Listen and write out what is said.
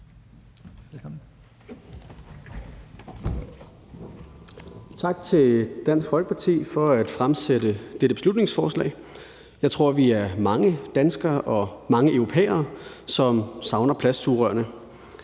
Tak til Dansk Folkeparti for at fremsætte dette beslutningsforslag. Jeg tror, at vi er mange danskere og mange europæere, som savner plastsugerørene.